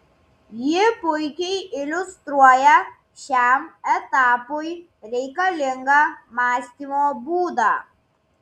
ji puikiai iliustruoja šiam etapui reikalingą mąstymo būdą